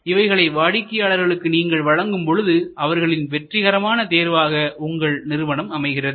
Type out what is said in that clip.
இவைகளை வாடிக்கையாளர்களுக்கு நீங்கள் வழங்கும் பொழுது அவர்களின் வெற்றிகரமான தேர்வாக உங்கள் நிறுவனம் அமைகிறது